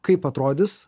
kaip atrodys